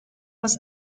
was